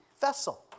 vessel